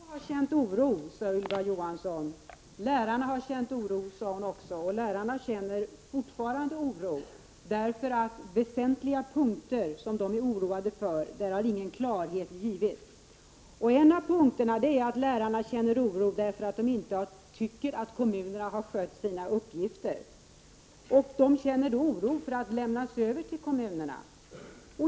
Fru talman! Vpk har känt oro, sade Ylva Johansson. Lärarna har känt oro, sade hon också. Lärarna känner fortfarande oro, eftersom det på väsentliga punkter som de känner oro för inte har givits någon klarhet. Lärarna känner oro bl.a. därför att de inte tycker kommunerna har skött sina uppgifter. De känner oro för att lämnas över till kommunerna.